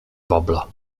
babla